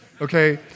okay